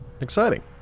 Exciting